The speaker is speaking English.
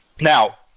Now